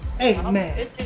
Amen